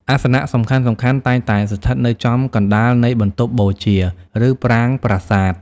អាសនៈសំខាន់ៗតែងតែស្ថិតនៅចំកណ្ដាលនៃបន្ទប់បូជា ឬប្រាង្គប្រាសាទ។